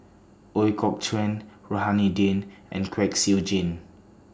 Ooi Kok Chuen Rohani Din and Kwek Siew Jin